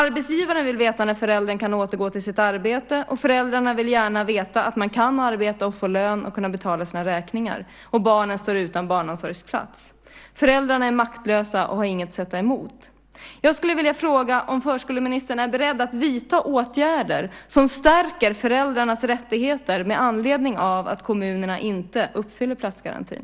Arbetsgivaren vill veta när föräldern kan återgå till sitt arbete, föräldrarna vill gärna veta att man kan arbeta, få lön och kunna betala sina räkningar, och barnen står utan barnomsorgsplats. Föräldrarna är maktlösa och har ingenting att sätta emot. Jag skulle vilja fråga om förskoleministern är beredd att vidta åtgärder som stärker föräldrarnas rättigheter med anledning av att kommunerna inte uppfyller platsgarantin.